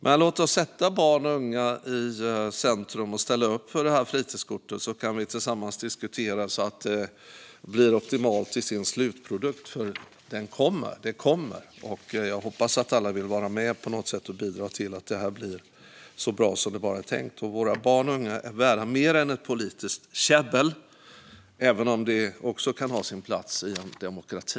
Men låt oss sätta barn och unga i centrum och ställa upp för fritidskortet och tillsammans diskutera så att det blir optimalt i sin slutprodukt, för det kommer. Det kommer, och jag hoppas att alla vill vara med och på något sätt bidra till att det här blir så bra som det är tänkt. Våra barn och unga är värda mer än ett politiskt käbbel, även om det också kan ha sin plats i en demokrati.